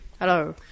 Hello